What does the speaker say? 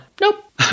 Nope